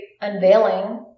unveiling